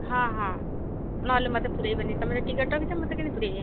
ହଁ ହଁ ନହେଲେ ମୋତେ ପୂରେଇବେନି ତମେ ଯଦି ଟିକେଟ୍ ରଖିଛ ମୋତେ କେମିତି ପୂରେଇବେ